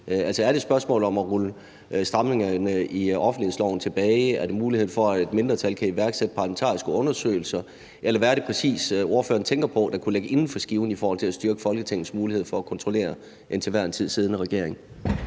er det et spørgsmål om at rulle stramningerne i offentlighedsloven tilbage, er det muligheden for, at et mindretal kan iværksætte parlamentariske undersøgelser, eller hvad er det præcis, ordføreren tænker på der kunne ligge inden for skiven i forhold til at styrke Folketingets mulighed for at kontrollere den til enhver tid siddende regering?